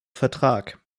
vertrag